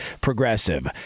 Progressive